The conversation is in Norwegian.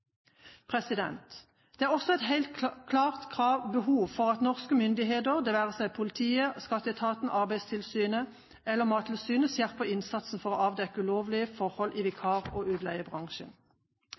Det er også et helt klart behov for at norske myndigheter, det være seg politiet, Skatteetaten, Arbeidstilsynet eller Mattilsynet, skjerper innsatsen for å avdekke ulovlige forhold i